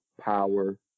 power